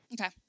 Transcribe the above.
Okay